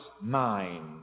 mind